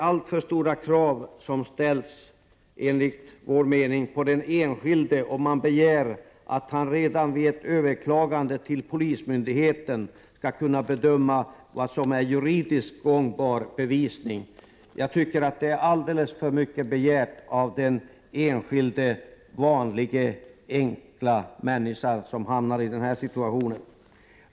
Alltför stora krav ställs enligt vår mening på den enskilde om man begär att han redan vid ett överklagande till polismyndigheten skall kunna bedöma vad som är juridisk gångbar bevisning. Det är alldeles för mycket begärt av den enskilda enkla vanliga människan som hamnar i denna situation.